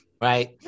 Right